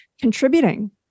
contributing